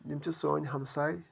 یِم چھِ سٲنۍ ہَمساے